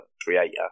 creator